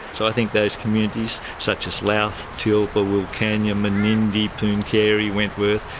so i think those communities such as louth, tilpa, wilcannia, menindee, pooncarie, wentworth,